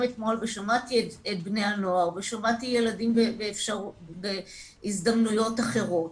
אתמול ושמעתי את בני הנוער ושמעתי ילדים בהזדמנויות אחרות.